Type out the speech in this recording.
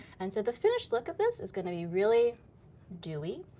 and so the finished look of this is gonna be really dewy.